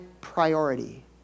priority